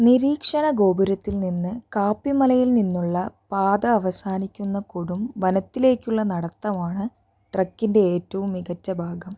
നിരീക്ഷണ ഗോപുരത്തിൽ നിന്ന് കാപ്പിമലയിൽ നിന്നുള്ള പാത അവസാനിക്കുന്ന കൊടും വനത്തിലേക്കുള്ള നടത്തമാണ് ട്രക്കിൻ്റെ ഏറ്റവും മികച്ച ഭാഗം